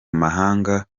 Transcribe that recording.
mahanga